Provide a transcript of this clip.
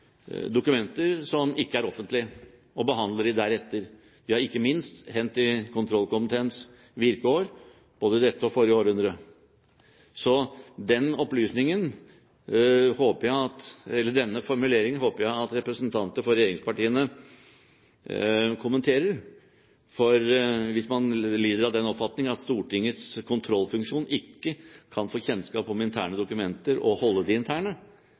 dokumenter som ikke er offentlige, og behandler dem deretter. Det har ikke minst hendt i kontrollkomiteens virkeår, både i dette og i forrige århundre. Så denne formuleringen håper jeg at representanter for regjeringspartiene kommenterer, for hvis man lider av den oppfatning at Stortingets kontrollfunksjon ikke kan få kjennskap til interne dokumenter og holde dem interne,